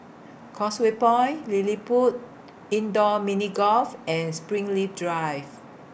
Causeway Point LilliPutt Indoor Mini Golf and Springleaf Drive